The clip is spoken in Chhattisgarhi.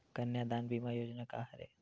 कन्यादान बीमा योजना का हरय?